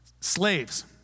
Slaves